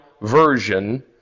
version